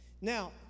Now